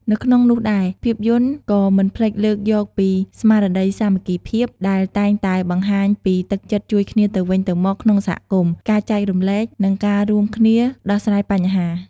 នៅក្នុងនោះដែរ ភាពយន្តក៏មិនភ្លេចលើកយកពីស្មារតីសាមគ្គីភាព ដែលតែងតែបង្ហាញពីទឹកចិត្តជួយគ្នាទៅវិញទៅមកក្នុងសហគមន៍ ការចែករំលែក និងការរួមគ្នាដោះស្រាយបញ្ហា ។